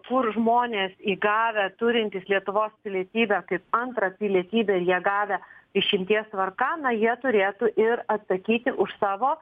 kur žmonės įgavę turintys lietuvos pilietybę kaip antrą pilietybę ir ją gavę išimties tvarka na jie turėtų ir atsakyti už savo